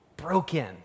broken